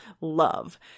love